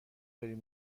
بریم